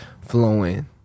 flowing